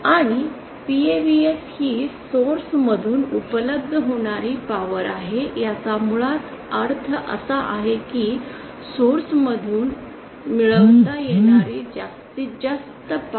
आणि PAVS ही source मधून उपलब्ध होणारी पॉवर आहे याचा मुळात अर्थ असा आहे की सोर्स मधून मिळवता येणारी जास्तीत जास्त पॉवर